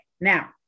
Now